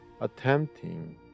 attempting